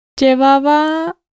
Llevaba